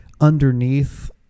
underneath